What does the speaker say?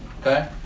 Okay